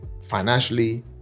financially